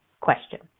question